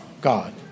God